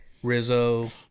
Rizzo